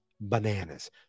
bananas